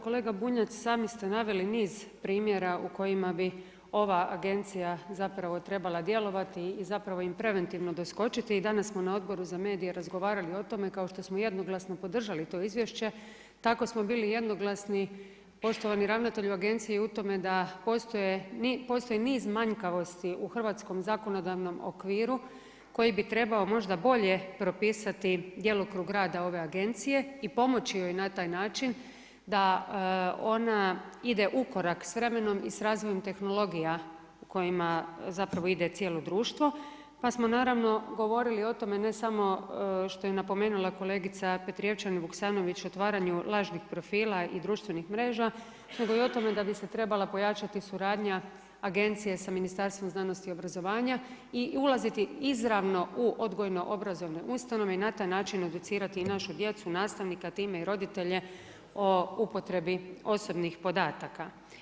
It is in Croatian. Kolega Bunjac, sami ste naveli niz primjera u kojima bi ova agencija zapravo trebala djelovati i zapravo im preventivno doskočiti i danas smo na Odboru za medije razgovarali o tome kao što smo jednoglasno podržali to izvješće tako smo bili jednoglasni poštovani ravnatelju Agencije u tome da postoji niz manjkavosti u hrvatskom zakonodavnom okviru koji bi trebao možda bolje propisati djelokrug rada ove Agencije i pomoći joj na taj način da ona ide ukorak s vremenom i s razvojem tehnologija u kojima zapravo ide cijelo društvo, pa smo naravno govorili o tome ne samo što je napomenula kolegica Petrijevčanin Vuksanović otvaranju lažnih profila i društvenih mreža nego i tome da bi se trebala pojačati suradnja Agencije sa Ministarstvom znanosti i obrazovanja i ulaziti izravno u odgojno-obrazovne ustanove i na taj način educirati i našu djecu, nastavnike a time i roditelje o upotrebi osobnih podataka.